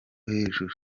hejuru